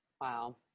wow